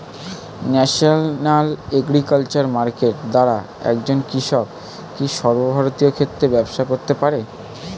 National agriculture market দ্বারা একজন কৃষক কি সর্বভারতীয় ক্ষেত্রে ব্যবসা করতে পারে?